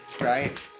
right